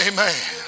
Amen